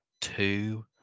two